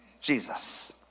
Jesus